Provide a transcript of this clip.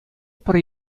пӗр